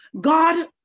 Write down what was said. God